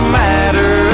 matter